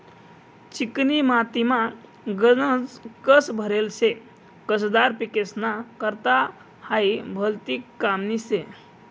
चिकनी मातीमा गनज कस भरेल शे, कसदार पिकेस्ना करता हायी भलती कामनी शे